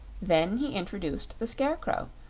then he introduced the scarecrow,